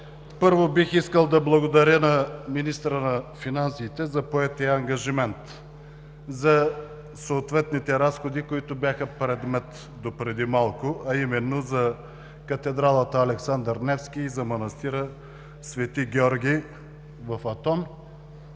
Първо, бих искал да благодаря на министъра на финансите за поетия ангажимент за съответните разходи, които бяха предмет до преди малко, а именно за катедралата „Александър Невски“ и за манастира „Св. Георги“ в Атон.